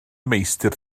meistr